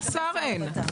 לדברים האלה,